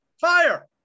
fire